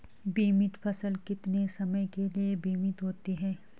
बीमित फसल कितने समय के लिए बीमित होती है?